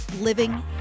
living